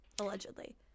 Allegedly